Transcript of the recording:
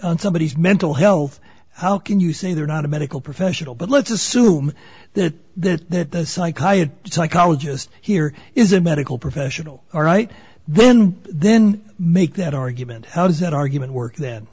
on somebodies mental health how can you say they're not a medical professional but let's assume that that psychiatry psychologist here is a medical professional all right then then make that argument how does that argument work then